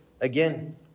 again